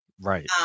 Right